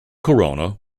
corona